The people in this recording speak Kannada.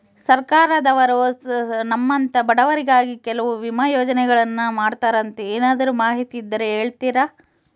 ಸರ್ಕಾರದವರು ನಮ್ಮಂಥ ಬಡವರಿಗಾಗಿ ಕೆಲವು ವಿಮಾ ಯೋಜನೆಗಳನ್ನ ಮಾಡ್ತಾರಂತೆ ಏನಾದರೂ ಮಾಹಿತಿ ಇದ್ದರೆ ಹೇಳ್ತೇರಾ?